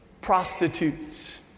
Prostitutes